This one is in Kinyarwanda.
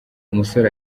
umusore